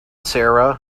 sarah